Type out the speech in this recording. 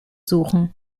suchen